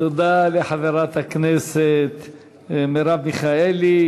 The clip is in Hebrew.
תודה לחברת הכנסת מרב מיכאלי.